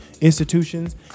institutions